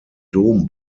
dom